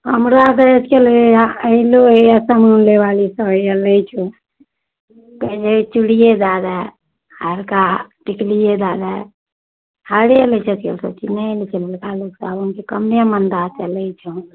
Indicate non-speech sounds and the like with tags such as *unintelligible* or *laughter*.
हमरा तऽ *unintelligible* अएलौ हैए समान लैवाली सब हैए लै छौ *unintelligible* चुड़िए दै दे हरका टिकलिए दै दे हरे लै छै *unintelligible* कामे मन्दा चलै छौ